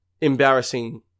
embarrassing